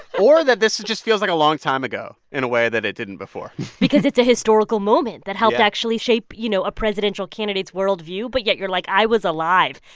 or that this just feels like a long time ago in a way that it didn't before because it's a historical moment that helped actually shape, you know, a presidential candidate's worldview. but yet, you're like, i was alive,